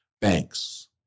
Banks